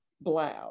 blouse